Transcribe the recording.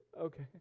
Okay